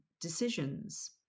decisions